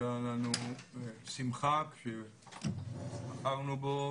הייתה לנו שמחה כשבחרנו בו